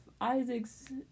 Isaac's